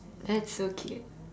that's so cute